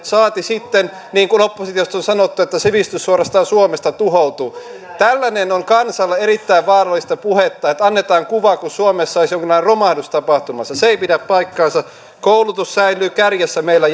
saati sitten niin kuin oppositiosta on sanottu että sivistys suorastaan suomesta tuhoutuu tällainen on kansalle erittäin vaarallista puhetta että annetaan kuva kuin suomessa olisi jonkinlainen romahdus tapahtumassa se ei pidä paikkaansa koulutus säilyy kärjessä meillä